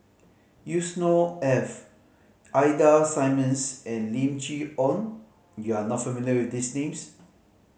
Yusnor Ef Ida Simmons and Lim Chee Onn you are not familiar with these names